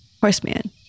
horseman